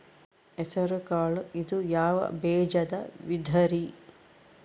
ಹೆಸರುಕಾಳು ಇದು ಯಾವ ಬೇಜದ ವಿಧರಿ?